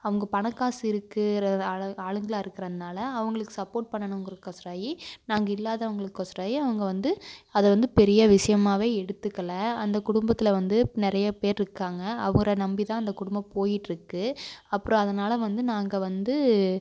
அவங்க பணம்காசு இருக்கிற ஆள் ஆளுங்களாக இருக்கிறதனால அவங்களுக்கு சப்போர்ட் பண்ணணுங்குறக்கோசராயி நாங்கள் இல்லாதவங்களுக்கோசராயி அவங்க வந்து அதை வந்து பெரிய விஷயமாவே எடுத்துக்கலை அந்த குடும்பத்தில் வந்து நிறைய பேர் இருக்காங்க அவர நம்பி தான் அந்த குடும்பம் போய்கிட்ருக்கு அப்புறம் அதனால் வந்து நாங்கள் வந்து